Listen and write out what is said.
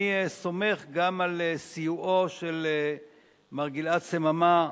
אני סומך גם על סיועו של מר גלעד סממה,